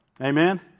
Amen